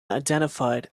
identified